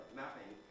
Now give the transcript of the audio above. mapping